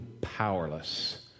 powerless